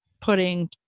putting